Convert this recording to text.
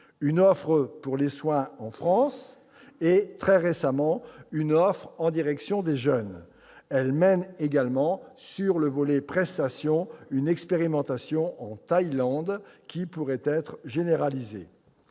une offre pour les soins en France et, très récemment, une offre en direction des jeunes. Elle mène également, sur le volet de ses prestations, une expérimentation en Thaïlande qui pourrait être généralisée.